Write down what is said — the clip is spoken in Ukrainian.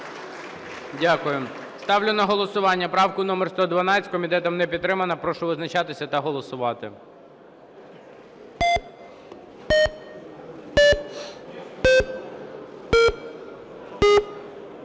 Дякую. Ставлю на голосування правку номер 112, комітетом не підтримана. Прошу визначатися та голосувати.